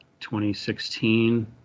2016